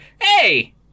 hey